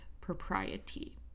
propriety